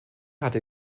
hatte